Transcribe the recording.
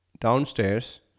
downstairs